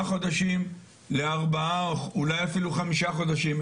חודשים לארבעה או אולי אפילו חמישה חודשים,